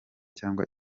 cyangwa